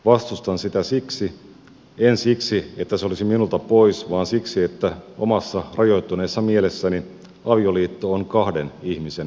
vastustan sitä siksi en siksi että se olisi minulta pois että omassa rajoittuneessa mielessäni avioliitto on kahden ihmisen välinen instituutio